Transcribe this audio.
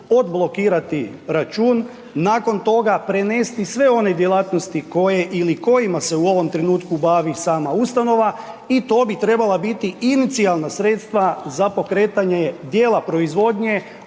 odblokirati račun. Nakon toga prenesti sve one djelatnosti koje ili kojima se u ovom trenutku bavi sama ustanova i to bi trebala biti inicijalna sredstva za pokretanje dijela proizvodnje